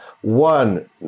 One